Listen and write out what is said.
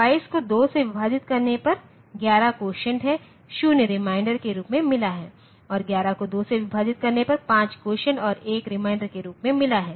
22 को 2 से विभाजित करने पर 11 कोसिएंट है 0 रिमाइंडर के रूप में मिला है और 11 को 2 से विभाजित करने पर5 कोसिएंट और 1 रिमाइंडर के रूप में मिला है